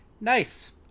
nice